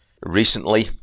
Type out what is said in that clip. Recently